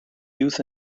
youth